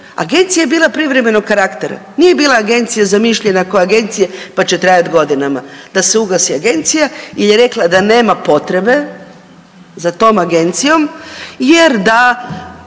agencija je bila privremenog karaktera, nije bila agencija zamišljena ko agencije pa će trajati godinama, da se ugasi agencija jel je rekla da nema potrebe za tom agencijom jer da